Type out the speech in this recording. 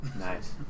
Nice